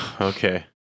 Okay